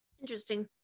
interesting